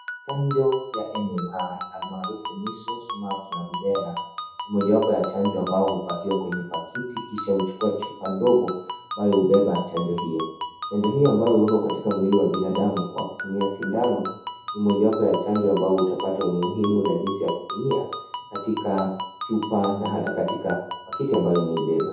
Chanjo ya MMR almarufu Measles ,Mumps na Rubella ni mojawapo ya chanjo ambao hupakiwa kwenye pakiti kisha huchukua chupa ndogo ambayo hubeba chanjo hiyo. Chanjo hiyo ambayo huwekwa katika mwili wa binadamu kwa kutumia sindano, ni mojawapo ya chanjo ambao utapata umuhimu na jinsi ya kutumia katika chupa na hata katika pakiti ambayo imeibeba.